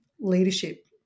leadership